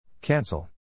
Cancel